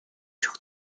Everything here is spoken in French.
sur